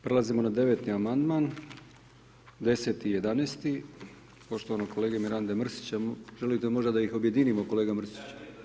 Prelazimo na 9 amandman 10 i 11 poštovanog kolege Mirandu Mrsića, predlažete možda da ih objedinimo kolega Mrsić.